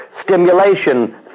stimulation